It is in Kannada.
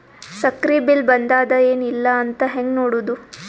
ಸಕ್ರಿ ಬಿಲ್ ಬಂದಾದ ಏನ್ ಇಲ್ಲ ಅಂತ ಹೆಂಗ್ ನೋಡುದು?